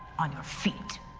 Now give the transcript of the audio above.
on your feet!